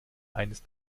eines